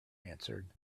answered